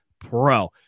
pro